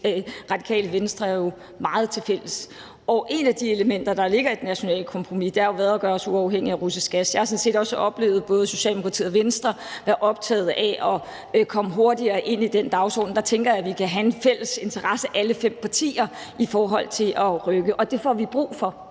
Radikale Venstre jo meget tilfælles. Et af de elementer, der jo ligger i det nationale kompromis, har været at gøre os uafhængige af russisk gas. Jeg har sådan set også oplevet, at både Socialdemokratiet og Venstre er optaget af komme hurtigere ind på den dagsorden, og der tænker jeg, vi alle fem partier kan have en fælles interesse i forhold til at rykke, og det får vi brug for.